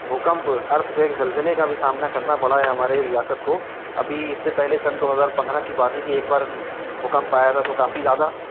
بھوکمپ earthquake زلزلے کا بھی سامنا کرنا پڑا ہے ہمارے ریاست کو ابھی اس سے پہلے سن دو ہزار پندرہ کی بات ہے کہ ایک بار بھوکمپ آیا تھا تو کافی زیادہ